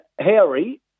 Harry